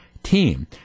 Team